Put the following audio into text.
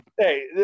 hey